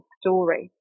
story